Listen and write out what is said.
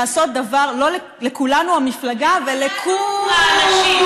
לכולנו המפלגה ולכו-לנו,